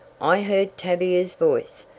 i heard tavia's voice,